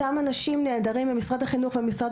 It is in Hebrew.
אותם אנשים נהדרים במשרד החינוך ובמשרד